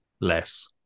Less